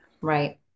Right